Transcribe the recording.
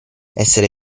essere